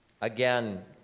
Again